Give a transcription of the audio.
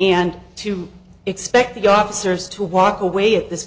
and to expect the officers to walk away at this